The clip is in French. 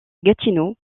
gatineau